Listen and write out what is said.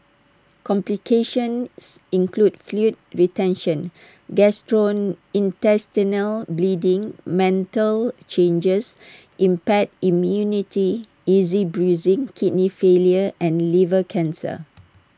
complications include fluid retention gastrointestinal bleeding mental changes impaired immunity easy bruising kidney failure and liver cancer